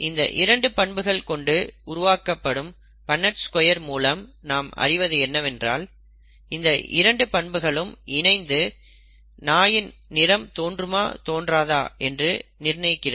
இந்த இரண்டு பண்புகள் கொண்டு உருவாக்கப்படும் பண்ணெட் ஸ்கொயர் மூலம் நாம் அறிவது என்னவென்றால் இந்த இரண்டு பண்புகளும் இணைந்து நாயின் நிறம் தோன்றுமா தோன்றாதா என்று நிர்ணயிக்கிறது